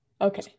Okay